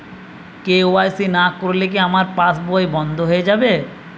KYC না করলে কি আমার পাশ বই বন্ধ হয়ে যাবে?